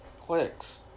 clicks